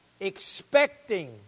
expecting